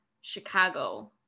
Chicago